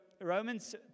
Romans